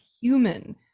human